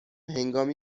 هنگامی